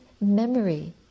memory